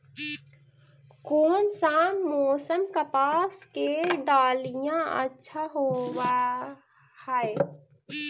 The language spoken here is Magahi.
कोन सा मोसम कपास के डालीय अच्छा होबहय?